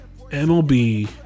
MLB